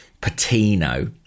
Patino